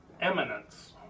eminence